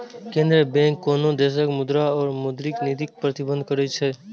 केंद्रीय बैंक कोनो देशक मुद्रा और मौद्रिक नीतिक प्रबंधन करै छै